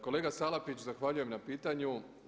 Kolega Salapić zahvaljujem na pitanju.